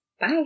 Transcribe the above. Bye